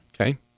Okay